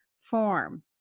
form